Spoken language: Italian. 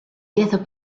dieta